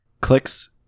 clicks